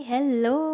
Hello